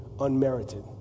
unmerited